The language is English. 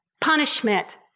punishment